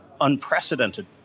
unprecedented